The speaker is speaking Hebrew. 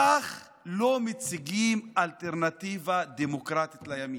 כך לא מציגים אלטרנטיבה דמוקרטית לימין,